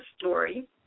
story